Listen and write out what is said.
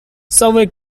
subway